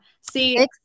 See